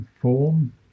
form